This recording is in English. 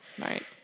Right